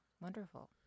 wonderful